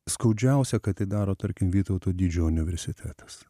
skaudžiausia kad tai daro tarkim vytauto didžiojo universitetas